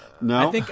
No